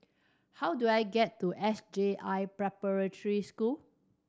how do I get to S J I Preparatory School